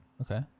Okay